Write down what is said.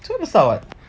so besar [what]